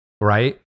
right